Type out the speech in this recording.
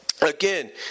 again